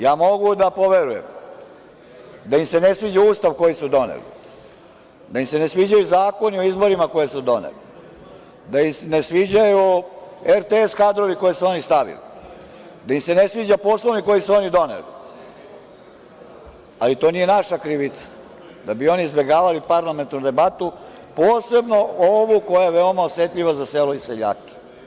Ja mogu da poverujem da im se ne sviđa Ustav koji su doneli, da im se ne sviđaju zakoni o izborima koje su doneli, da im se ne sviđaju RTS kadrovi koji su oni stavili, da im se ne sviđa Poslovnik koji su oni doneli, ali to nije naša krivica, da bi oni izbegavali parlamentarnu debatu, posebno ovu koja je veoma osetljiva za selo i seljake.